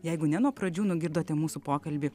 jeigu ne nuo pradžių nugirdote mūsų pokalbį